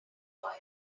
avoid